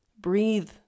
breathe